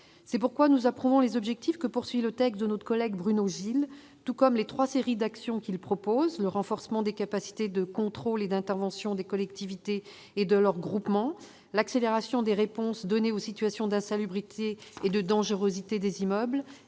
C'est pourquoi nous partageons les objectifs sous-tendant le texte de notre collègue Bruno Gilles, tout comme nous approuvons les trois séries d'actions qu'il propose, à savoir le renforcement des capacités de contrôle et d'intervention des collectivités territoriales et de leurs groupements, l'accélération des réponses données aux situations d'insalubrité et de dangerosité des immeubles